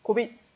COVID